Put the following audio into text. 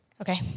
Okay